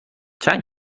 چند